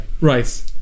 right